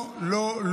לא,